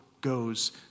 goes